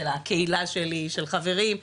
של קהילה שלי, של חברים,